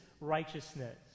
righteousness